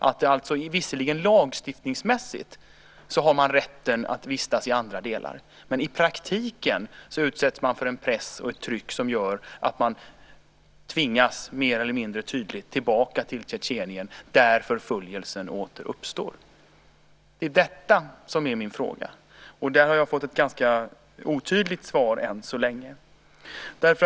Visserligen har man lagstiftningsmässigt rätten att vistas i andra delar, men i praktiken utsätts man för en press och ett tryck som gör att man mer eller mindre tydligt tvingas tillbaka till Tjetjenien där förföljelsen åter uppstår. Det är detta som min fråga gäller. Där har jag än så länge fått ett ganska otydligt svar.